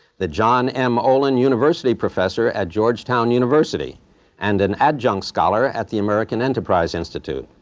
the john m. olin university professor at georgetown university and an adjunct scholar at the american enterprise institute.